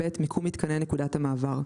מיקום מיתקני נקודת המעבר,